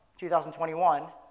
2021